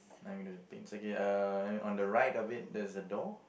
nine window panes okay uh on the right of it there's a door